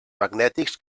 magnètics